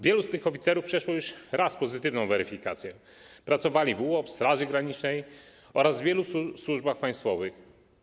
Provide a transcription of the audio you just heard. Wielu z tych oficerów przeszło już raz pozytywną weryfikację, pracowali w UOP, w Straży Granicznej oraz w wielu innych służbach państwowych.